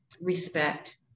respect